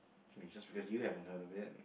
I mean just because you have none of it